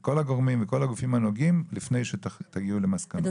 כל הגורמים וכל הגופים הנוגעים לפני שתגיעו למסקנות.